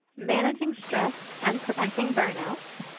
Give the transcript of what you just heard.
managing stress and preventing burn-outs,